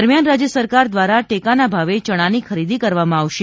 દરમિયાન રાજ્ય સરકાર દ્વારા ટેકાના ભાવે ચણાની ખરીદી કરવામાં આવશે